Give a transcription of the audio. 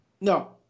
no